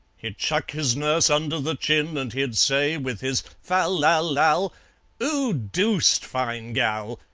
he'd chuck his nurse under the chin, and he'd say, with his fal, lal, lal oo doosed fine gal!